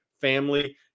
family